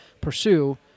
pursue